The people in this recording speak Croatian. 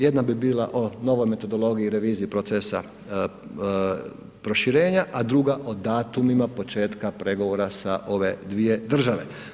Jedna bi bila o novoj metodologiji i reviziji procesa proširenja a druga o datumima početka pregovora sa ove dvije države.